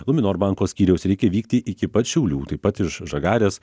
luminor banko skyriaus reikia vykti iki pat šiaulių taip pat iš žagarės